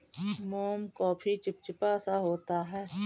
मोम काफी चिपचिपा सा होता है